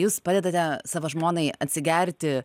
jūs padedate savo žmonai atsigerti